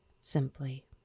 simply